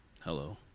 Hello